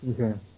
Okay